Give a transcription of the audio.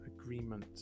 agreement